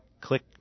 click